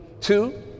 two